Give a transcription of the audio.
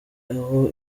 aho